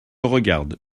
regarde